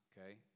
okay